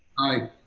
aye,